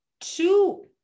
two